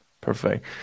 Perfect